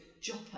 Joppa